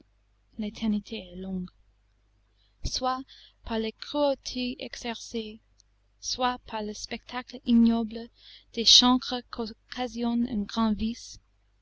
l'éternité est longue soit par les cruautés exercées soit par le spectacle ignoble des chancres qu'occasionne un grand